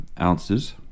ounces